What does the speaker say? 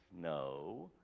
No